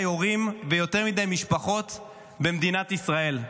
ההורים ביותר מדי משפחות במדינת ישראל.